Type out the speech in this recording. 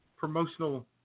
Promotional